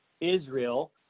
Israel